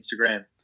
Instagram